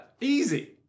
Easy